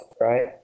right